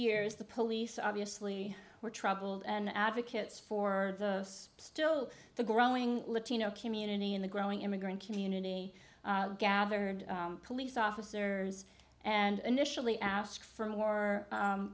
years the police obviously were troubled and advocates for us still the growing latino community in the growing immigrant community gathered police officers and initially asked for more